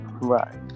Right